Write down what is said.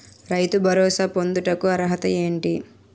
రైతు భరోసా పొందుటకు అర్హత ఏంటి?